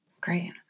Great